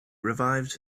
revives